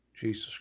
Jesus